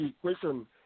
question